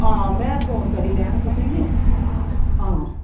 हां मैं फोन करी लैंङ तुसेंगी हां